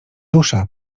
dusza